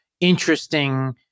interesting